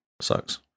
sucks